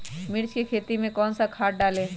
मिर्च की खेती में कौन सा खाद डालें?